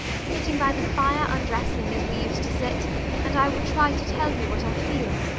sitting by the fire undressing, as we used to sit and i would try to tell you what i feel.